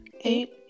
Eight